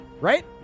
right